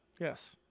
Yes